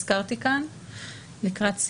לא היינו